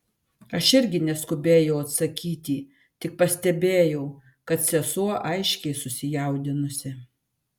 aš irgi neskubėjau atsakyti tik pastebėjau kad sesuo aiškiai susijaudinusi